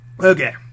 Okay